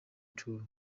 tools